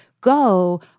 go